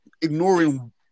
ignoring